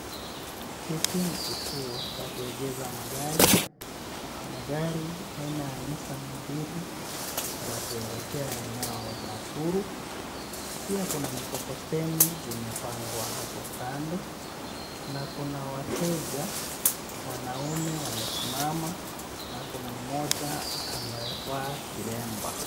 Hiki ni kituo cha kuegeza magari. Kuna gari aina ya Nissan mbili za kuelekea eneo ya Nakuru. Pia kuna mikokoteni zimepangwa hapo kando na kuna wateja wanaume wamesimama na kuna mmoja amevaa kilemba.